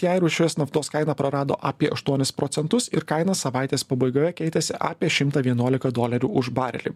jei rūšiuos naftos kaina prarado apie aštuonis procentus ir kaina savaitės pabaigoje keitės apie šimtą vienuolika dolerių už barelį